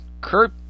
Kurt